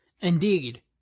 Indeed